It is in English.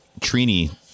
Trini